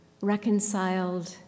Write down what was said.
reconciled